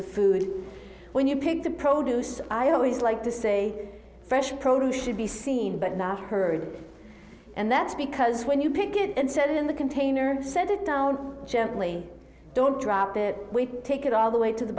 the food when you pick the produce i always like to say fresh produce should be seen but not heard and that's because when you pick it and set it in the container set it down gently don't drop it we take it all the way to the